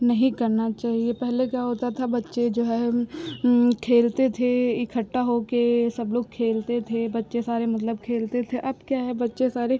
नहीं करना चाहिए पहले क्या होता था बच्चे जो है खेलते थे इकट्टा होके सब लोग खेलते थे बच्चे सारे मतलब खेलते थे अब क्या है बच्चे सारे